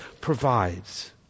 provides